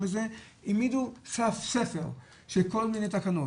העמידו סף, ספר של כל מיני תקנות.